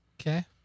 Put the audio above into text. Okay